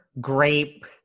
grape-